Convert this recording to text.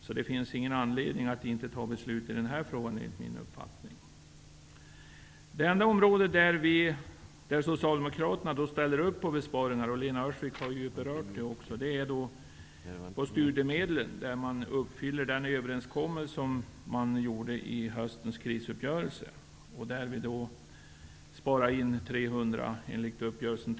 Det finns alltså ingen anledning, enligt min uppfattning, att inte fatta beslut i den här frågan. Det område där Socialdemokraterna ställer upp på besparingar, som Lena Öhrsvik har berört, är studiemedelsområdet. Där uppfyller man den överenskommelse som gjordes vid höstens krisuppgörelse. Enligt uppgörelsen sparas 300 miljoner kronor in.